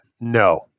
No